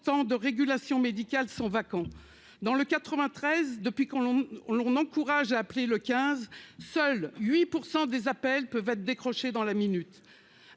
de régulation médicale sont vacants. En Seine-Saint-Denis, depuis que l'on encourage à appeler le 15, seuls 8 % des appels peuvent être décrochés dans la minute.